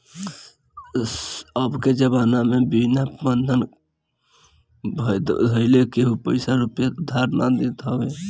अबके जमाना में बिना बंधक धइले केहू पईसा रूपया उधार नाइ देत हवे